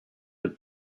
del